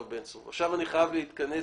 עכשיו אני חייב להתכנס